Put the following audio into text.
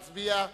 להצביע.